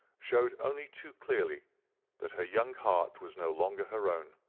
showed only too clearly that her young heart was no longer her own.